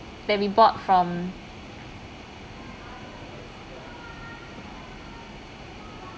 that we bought from